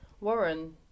Warren